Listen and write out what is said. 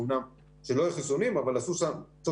אומנם לא היו חיסונים אבל עשו Social